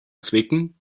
zwicken